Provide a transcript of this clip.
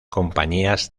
compañías